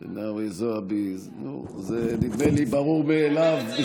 נו, זה נדמה לי ברור מאליו,